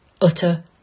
utter